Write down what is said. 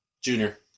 Junior